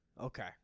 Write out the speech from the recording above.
Okay